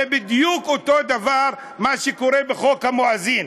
זה בדיוק אותו דבר שקרה בחוק המואזין.